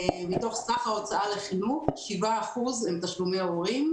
מתוך סך ההוצאה לחינוך 7% הם תשלומי הורים,